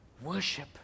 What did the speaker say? worship